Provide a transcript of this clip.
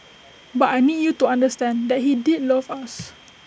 but I need you to understand that he did love us